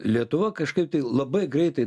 lietuva kažkaip tai labai greitai